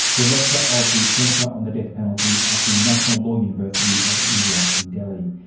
director of the centre on the death penalty at the national law university of india in delhi.